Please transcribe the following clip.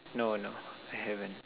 no no I haven't